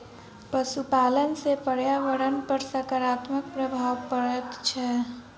पशुपालन सॅ पर्यावरण पर साकारात्मक प्रभाव पड़ैत छै